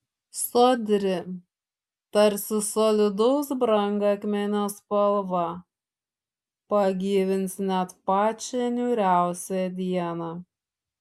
sodri tarsi solidaus brangakmenio spalva pagyvins net pačią niūriausią dieną